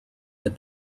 that